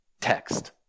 text